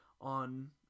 on